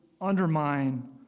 undermine